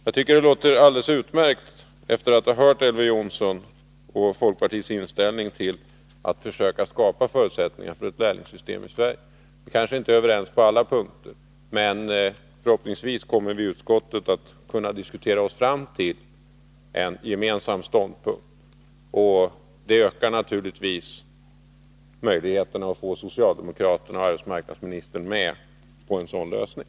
Jag tycker att det låter alldeles utmärkt, efter att ha hört Elver Jonssons och folkpartiets inställning till att försöka skapa förutsättningar för ett lärlingssystem i Sverige. Vi är kanske inte överens på alla punkter. Men förhoppningsvis kommer vi i utskottet att kunna diskutera oss fram till en gemensam ståndpunkt. Det ökar naturligtvis möjligheterna att få socialdemokraterna och arbetsmarknadsministern med på en sådan lösning.